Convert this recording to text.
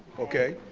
okay.